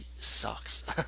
sucks